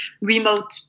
remote